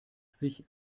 sich